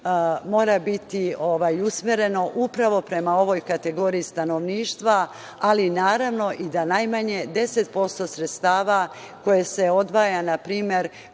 mora biti usmereno upravo prema ovoj kategoriji stanovništva, ali naravno i da najmanje 10% sredstava koja se odvajaju, na primer,